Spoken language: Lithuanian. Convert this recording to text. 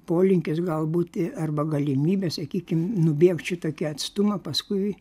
polinkis galbūt arba galimybė sakykim nubėgt šitokį atstumą paskui